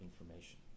information